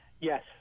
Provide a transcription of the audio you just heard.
Yes